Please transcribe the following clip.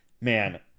Man